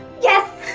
yes!